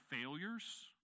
failures